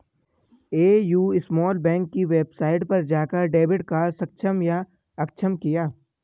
AU small bank की website पर जाकर डेबिट कार्ड सक्षम या अक्षम किया